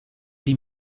die